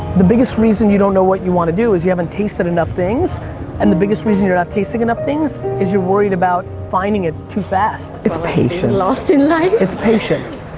the biggest reason you don't know what you want to do is you haven't tasted enough things and the biggest reason you not tasting enough things, is you worried about finding it too fast. it's patience. lost in life. it's patience,